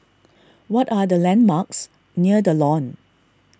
what are the landmarks near the Lawn